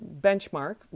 benchmark